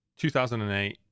2008